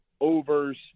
overs